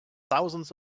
thousands